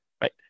right